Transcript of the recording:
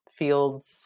fields